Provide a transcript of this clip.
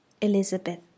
Elizabeth